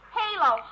halo